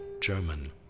German